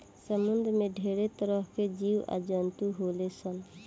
समुंद्र में ढेरे तरह के जीव आ जंतु होले सन